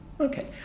Okay